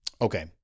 Okay